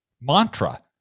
mantra